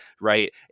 right